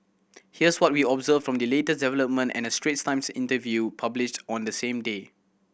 here's what we observed from the latest development and a Straits Times interview published on the same day